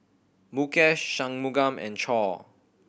Mukesh Shunmugam and Choor